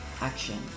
action